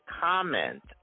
comment